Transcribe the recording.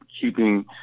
keeping